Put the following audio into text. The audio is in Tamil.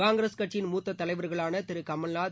காங்கிரஸ் கட்சியின் மூத்த தலைவர்களான திரு கமல்நாத்